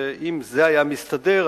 אם זה היה מסתדר,